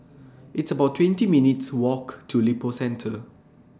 It's about twenty minutes' Walk to Lippo Centre